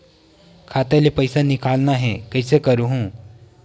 खाता ले पईसा निकालना हे, कइसे करहूं?